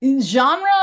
genre